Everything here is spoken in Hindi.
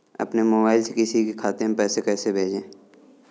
अपने मोबाइल से किसी के खाते में पैसे कैसे भेजें?